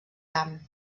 camp